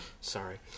Sorry